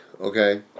Okay